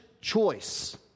choice